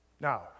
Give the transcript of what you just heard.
Now